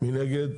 מי נגד?